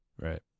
Right